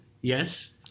Yes